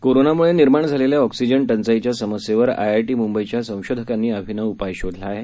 कोरोनाम्ळे निर्माण झालेल्या ऑक्सिजन टंचाईच्या समस्येवर आयआयटी म्ंबईच्या संशोधनकांनी अभिनव उपाय शोधला आहे